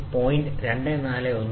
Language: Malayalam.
241 വരെ അത്തരത്തിലുള്ള ഒന്നല്ല ഇത് 24